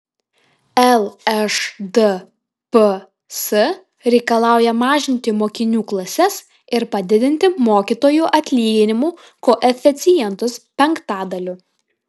lšdps reikalauja mažinti mokinių klases ir padidinti mokytojų atlyginimų koeficientus penktadaliu